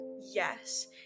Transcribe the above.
Yes